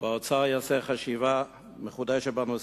והאוצר יעשה חשיבה מחודשת בנושא.